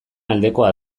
aldekoa